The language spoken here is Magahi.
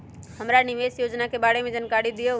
हमरा निवेस योजना के बारे में जानकारी दीउ?